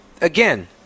Again